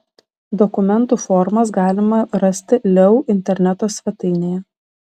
dokumentų formas galima rasti leu interneto svetainėje